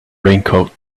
raincoat